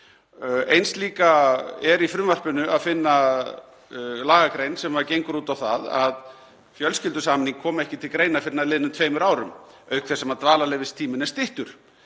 eins er líka í frumvarpinu að finna lagagrein sem gengur út á það að fjölskyldusameining komi ekki til greina fyrr en að liðnum tveimur árum, auk þess sem dvalarleyfistíminn er styttur.